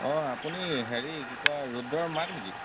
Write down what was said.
অঁ আপুনি হেৰি কি কয় ৰুদ্ৰৰ মাক নেকি